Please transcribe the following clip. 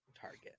target